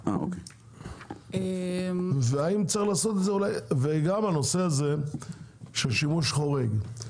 וגם הנושא הזה של שימוש חורג.